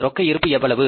ரொக்க இருப்பு எவ்வளவு